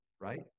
right